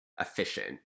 efficient